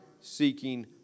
seeking